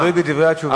זה תלוי בדברי התשובה.